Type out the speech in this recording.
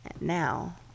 now